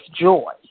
joy